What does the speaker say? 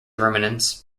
ruminants